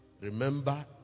remember